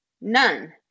none